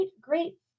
great